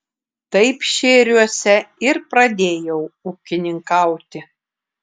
taip šėriuose ir pradėjau ūkininkauti